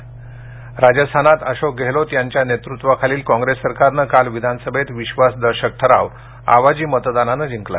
राजस्थान राजस्थानात अशोक गेहलोत यांच्या नेतृत्वाखालील काँग्रेस सरकारनं काल विधानसभेत विश्वासदर्शक ठराव आवाजी मतदानाने जिंकला